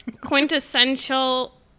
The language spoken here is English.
Quintessential